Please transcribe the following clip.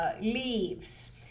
leaves